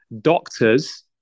doctors